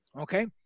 Okay